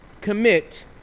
commit